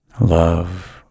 Love